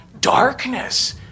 darkness